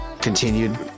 continued